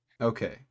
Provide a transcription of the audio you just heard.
Okay